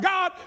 God